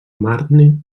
marne